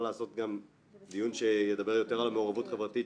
לעשות גם דיון שידבר יותר על המעורבות החברתית,